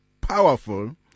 powerful